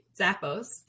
Zappos